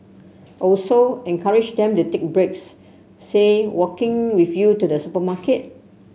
also encourage them to take breaks say walking with you to the supermarket